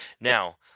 now